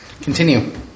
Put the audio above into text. Continue